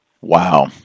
Wow